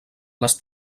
les